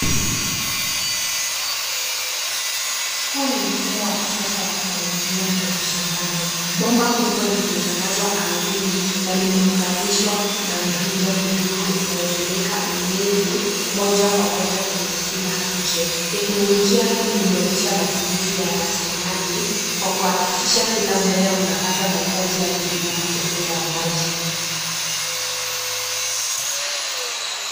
Huu ni mfumo wa kisasa wa kumwagilia maji shambani. Bomba kubwa limetandazwa ardhini na limeunganishwa na mrija midogo inayopeleka unyevu moja kwa moja kwenye kila mche. Teknolojia hii huboresha matumizi ya rasilimali kwa kuhakikisha kila mmea unapata mahitaji yake bila kupoteza maji.